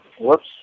Whoops